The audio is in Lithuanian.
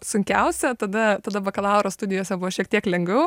sunkiausia tada tada bakalauro studijose buvo šiek tiek lengviau